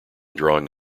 drawing